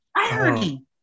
irony